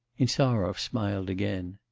insarov smiled again.